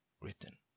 written